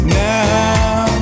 now